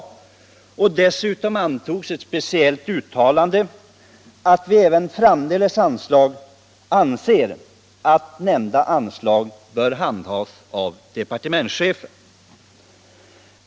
Dessutom antogs ett speciellt uttalande, att vi anser att nämnda anslag även framdeles bör handhas av departementschefen.